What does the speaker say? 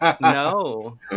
no